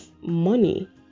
money